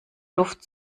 luft